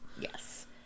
yes